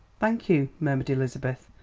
thank you, murmured elizabeth,